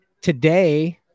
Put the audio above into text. today